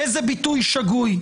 איזה ביטוי שגוי?